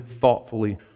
thoughtfully